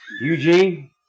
Eugene